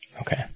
Okay